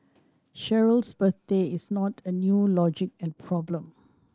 Cheryl's birthday is not a new logic problem